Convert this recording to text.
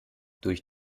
durch